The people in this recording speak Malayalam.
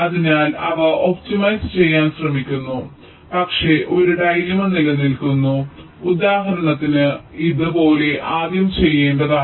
അതിനാൽ ഞങ്ങൾ അവ ഒപ്റ്റിമൈസ് ചെയ്യാൻ ശ്രമിക്കുന്നു പക്ഷേ ഒരു ഡൈലമ്മ നിലനിൽക്കുന്നു ഉദാഹരണത്തിന് ഇത് പോലെ ആദ്യം ചെയ്യേണ്ടതാണ്